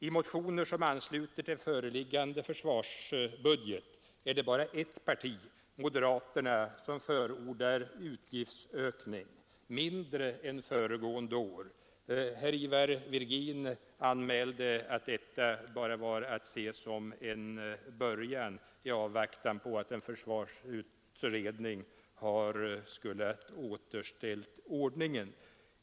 I de motioner som ansluter till föreliggande försvarsbudget är det bara ett parti — moderaterna — som förordar utgiftsökning, mindre än föregående år. Herr Ivar Virgin anmälde att detta bara var att se som en början i avvaktan på att en försvarsutredning skulle återställa ordningen.